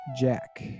Jack